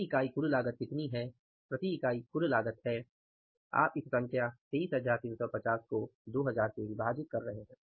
प्रति इकाई कुल लागत कितनी है प्रति इकाई कुल लागत है आप इस संख्या 23350 को 2000 से विभाजित कर रहे हैं